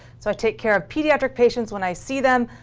so i take care of pediatric patients when i see them.